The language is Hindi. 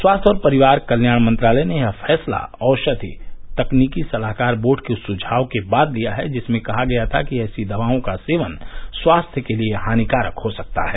स्वास्थ्य और परिवार कल्याण मंत्रालय ने यह फैसला औषधि तकनीकी सलाहकार बोर्ड के उस सुझाव के बाद लिया है जिसमें कहा गया था कि ऐसी दवाओं का सेकन स्वास्थ्य के लिए हानिकारक हो सकता है